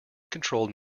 controlled